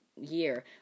year